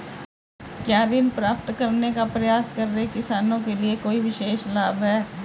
क्या ऋण प्राप्त करने का प्रयास कर रहे किसानों के लिए कोई विशेष लाभ हैं?